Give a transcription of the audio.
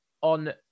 on